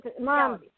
mom